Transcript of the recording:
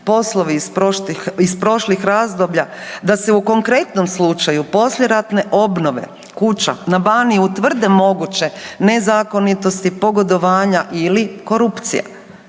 poslovi iz prošlih razdoblja, da se u konkretnom slučaju poslijeratne obnove kuća na Baniji utvrde moguće nezakonitosti, pogodovanja ili korupcija.